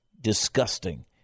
disgusting